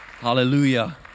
Hallelujah